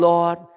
Lord